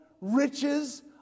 riches